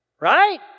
right